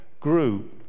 grew